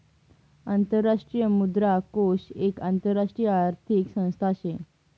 आंतरराष्ट्रीय मुद्रा कोष एक आंतरराष्ट्रीय आर्थिक संस्था शे